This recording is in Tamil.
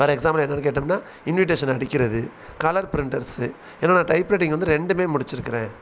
ஃபார் எக்ஸாம்பிள் என்னென்று கேட்டம்னால் இன்விடேஷன் அடிக்கிறது கலர் ப்ரிண்டர்ஸு ஏன்னால் நான் டைப் ரைட்டிங் வந்து ரெண்டுமே முடிச்சுருக்குறேன்